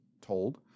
told